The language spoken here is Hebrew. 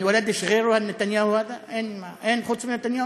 (אומר בערבית: אין מישהו חוץ מנתניהו?) אין חוץ מנתניהו?